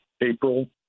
April